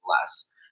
less